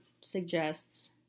suggests